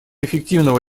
эффективного